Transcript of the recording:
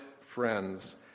friends